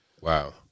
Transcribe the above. Wow